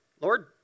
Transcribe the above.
Lord